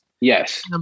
Yes